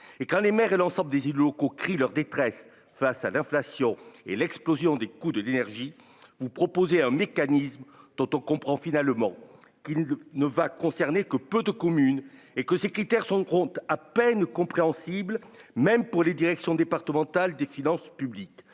et quand les maires et l'ensemble des élus locaux crient leur détresse face à l'inflation et l'explosion des coûts de l'énergie, vous proposez un mécanisme dont comprend finalement qu'il ne va concerner que peu de communes et que ces critères son compte à peine compréhensible même pour les directions départementales des finances publiques,